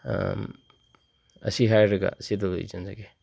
ꯑꯁꯤ ꯍꯥꯏꯔꯒ ꯁꯤꯗ ꯂꯣꯏꯁꯤꯟꯖꯒꯦ